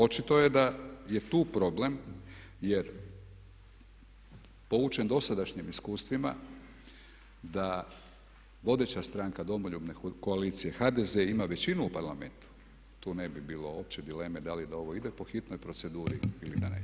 Očito je da je tu problem jer poučen dosadašnjim iskustvima da vodeća stranka Domoljubne koalicije, HDZ ima većinu u Parlamentu, tu ne bi bilo uopće dileme da li da ovo ide po hitnoj proceduri ili da ne ide?